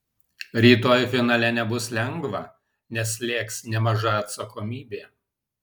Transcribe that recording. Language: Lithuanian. rytoj finale nebus lengva nes slėgs nemaža atsakomybė